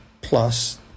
plus